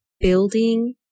Building